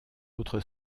autre